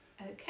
okay